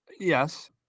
Yes